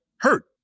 hurt